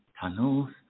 tunnels